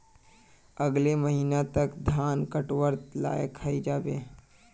अगले महीने तक धान कटवार लायक हई जा बे